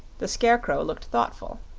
the scarecrow looked thoughtful.